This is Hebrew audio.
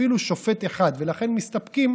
אפילו שופט אחד, ולכן מסתפקים